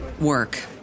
work